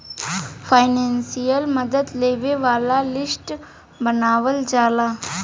financial मदद लेबे वाला लिस्ट बनावल जाला